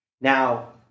Now